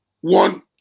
one